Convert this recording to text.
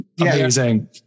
amazing